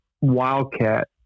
wildcat